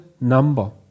number